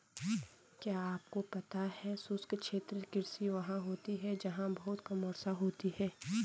क्या आपको पता है शुष्क क्षेत्र कृषि वहाँ होती है जहाँ बहुत कम वर्षा होती है?